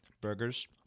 burgers